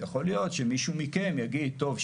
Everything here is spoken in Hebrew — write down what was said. יכול להיות שמישהו מכם יגיד: טוב,